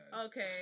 Okay